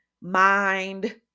Mind